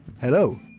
Hello